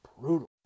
brutal